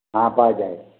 হ্যাঁ পাওয়া যায়